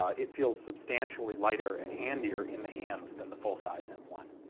ah it feels substantially lighter and handier in the hands than the full size m one.